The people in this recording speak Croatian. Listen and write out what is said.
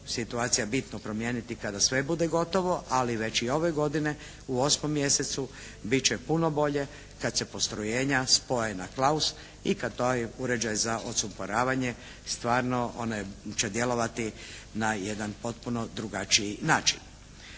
situacija bitno promijeniti kada sve bude gotovo ali već i ove godine u osmom mjesecu bit će puno bolje kad se postrojenja spoje na «klaus» i kad taj uređaj za odsumporavanje stvarno će djelovati na jedan potpuno drugačiji način.